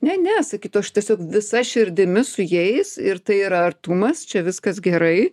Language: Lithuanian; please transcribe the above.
ne ne sakytų aš tiesiog visa širdimi su jais ir tai yra artumas čia viskas gerai